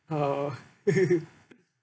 oh